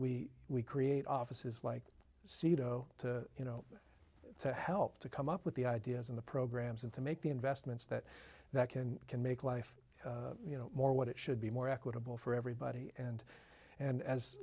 we create offices like sido to you know to help to come up with the ideas in the programs and to make the investments that that can can make life you know more what it should be more equitable for everybody and and as